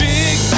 big